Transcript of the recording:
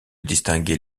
distinguer